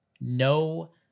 no